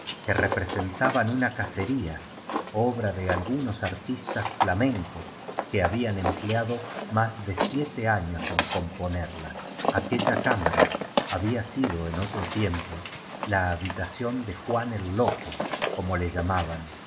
españa moderna una cacería obra de algunos artistas flamencos que habían empleado más de siete años en componerla aquella cámara había sido en otro tiempo la habitación de juan el loco como le llamaban